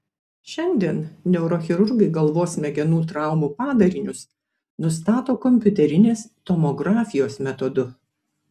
šiandien neurochirurgai galvos smegenų traumų padarinius nustato kompiuterinės tomografijos metodu